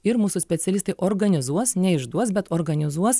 ir mūsų specialistai organizuos neišduos bet organizuos